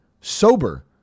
sober